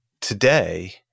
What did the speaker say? today